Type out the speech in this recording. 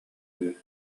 үһү